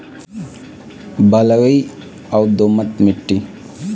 बासमती धान के बगरा उपज बर कैसन माटी सुघ्घर रथे?